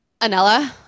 anella